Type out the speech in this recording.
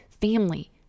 family